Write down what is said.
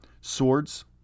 Swords